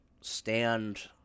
stand